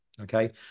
Okay